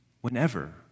whenever